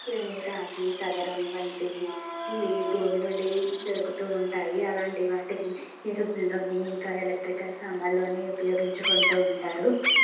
రాఖీ తగరం వంటి ఇవి భూమి నుండి దొరుకుతు ఉంటాయి అలాంటి వాటిని ఎరుపుల్లోని ఇంకా ఎలక్ట్రికల్ సామానులోని ఉపయోగించుకుంటు ఉంటారు